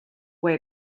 way